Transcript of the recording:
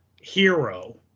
hero